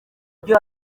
ibyo